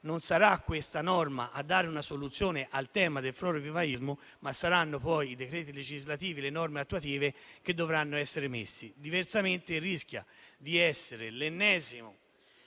non sarà questa norma a dare una soluzione al tema del florovivaismo, ma saranno i decreti legislativi e le norme attuative che dovranno essere emanate. Diversamente rischia di essere l'ennesima